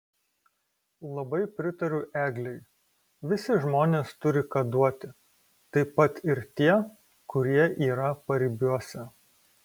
labai pritariu eglei visi žmonės turi ką duoti taip pat ir tie kurie yra paribiuose